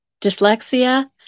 dyslexia